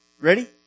Ready